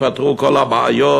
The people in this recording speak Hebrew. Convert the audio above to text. ייפתרו כל הבעיות